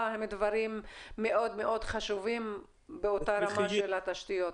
הם דברים מאוד מאוד חשובים באותה רמה של התשתיות.